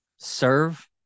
Serve